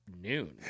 noon